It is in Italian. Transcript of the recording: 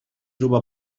ruba